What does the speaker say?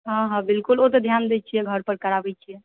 हँ हँ बिलकुल ओ तऽ ध्यान दै छियै घरपर कराबै छियै